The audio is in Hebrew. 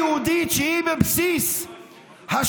גזל ושוד